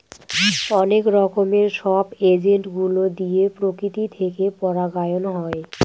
অনেক রকমের সব এজেন্ট গুলো দিয়ে প্রকৃতি থেকে পরাগায়ন হয়